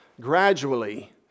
gradually